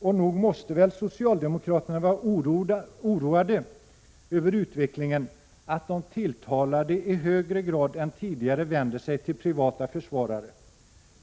Och nog måste väl socialdemokraterna vara oroade över utvecklingen att de tilltalade i högre grad än tidigare vänder sig till privata försvarare.